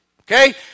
Okay